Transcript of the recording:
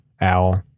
Owl